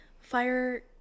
fire